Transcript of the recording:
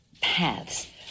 paths